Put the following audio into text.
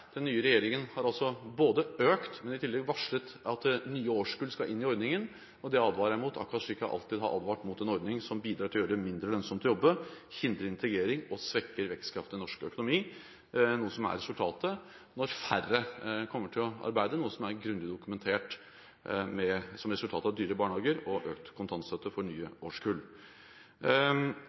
Den nye regjeringen har altså både økt ordningen og i tillegg varslet at nye årskull skal inn i den, og det advarer jeg mot, akkurat slik jeg alltid har advart mot en ordning som bidrar til å gjøre det mindre lønnsomt å jobbe, hindrer integrering og svekker vekstkraften i norsk økonomi. Det er resultatet når færre kommer til å arbeide – noe som er grundig dokumentert som resultat av dyre barnehager og økt kontantstøtte for nye årskull.